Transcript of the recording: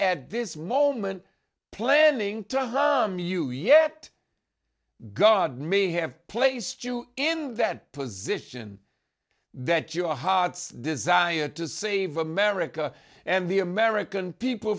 at this moment planning to hermie you yet god may have placed you in that position that your heart's desire to save america and the american people